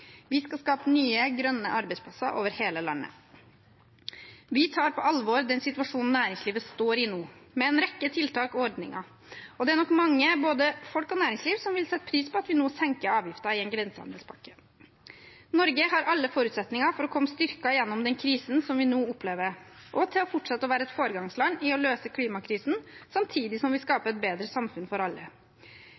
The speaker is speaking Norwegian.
Vi skal skape nye grønne arbeidsplasser over hele landet. Vi tar på alvor den situasjonen næringslivet står i nå, med en rekke tiltak og ordninger. Det er nok mange, både folk og næringsliv, som vil sette pris på at vi nå senker avgifter i en grensehandelspakke. Norge har alle forutsetninger for å komme styrket gjennom den krisen vi nå opplever, og til å fortsette å være et foregangsland i å løse klimakrisen samtidig som vi